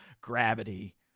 gravity